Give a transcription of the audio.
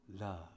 love